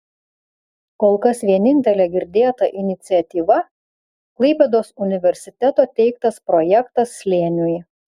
kol kas vienintelė girdėta iniciatyva klaipėdos universiteto teiktas projektas slėniui